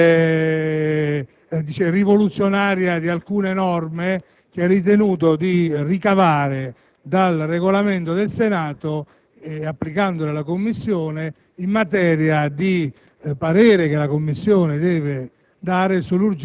e rivoluzionaria di alcune norme che ha ritenuto di ricavare dal Regolamento del Senato, applicandole in Commissione, in materia di parere che la 1a Commissione deve